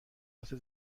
واسه